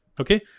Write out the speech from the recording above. Okay